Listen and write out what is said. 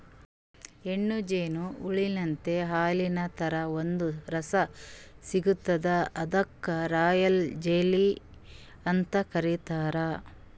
ಹೆಣ್ಣ್ ಜೇನು ಹುಳಾಲಿಂತ್ ಹಾಲಿನ್ ಥರಾ ಒಂದ್ ರಸ ಸಿಗ್ತದ್ ಅದಕ್ಕ್ ರಾಯಲ್ ಜೆಲ್ಲಿ ಅಂತ್ ಕರಿತಾರ್